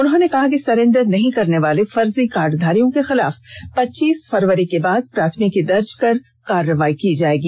उन्होंने कहा कि सरेंडर नहीं करनेवाले फर्जी कार्डधारियों के खिलाफ पच्चीस फरवरी के बाद प्राथमिकी दर्ज कर कार्रवाई की जाएगी